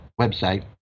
website